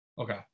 Okay